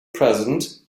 present